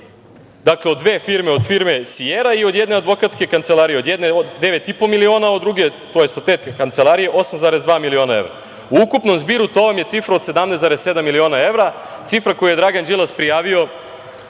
Dakle, od dve firme, od firme „Sijera“ i jedne advokatske kancelarije. Od jedne 9,5 miliona, a od te kancelarije 8,2 miliona evra. U ukupnom zbiru, to vam je cifra od 17,7 miliona evra, cifra koju je Dragan Đilas prijavio